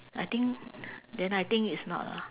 I think then I think it's not lah